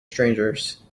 strangers